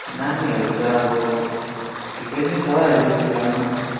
नानीहरू त अब ठिकै नै छ अहिले फिलहालमा